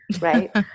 right